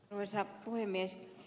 arvoisa puhemies